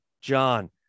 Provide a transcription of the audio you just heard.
John